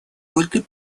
только